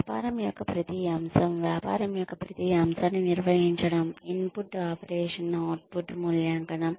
వ్యాపారం యొక్క ప్రతి అంశం వ్యాపారం యొక్క ప్రతి అంశాన్ని నిర్వహించడం ఇన్పుట్ ఆపరేషన్ అవుట్పుట్ మూల్యాంకనం